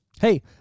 Hey